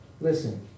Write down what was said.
Listen